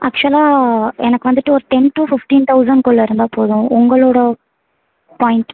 ஆக்சுவலாக எனக்கு வந்துவிட்டு ஒரு டென் டூ ஃபிஃப்டீன் தௌசண்ட் குள்ளே இருந்தா போதும் உங்களோட பாய்ண்ட்